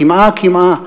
"קמעא קמעא".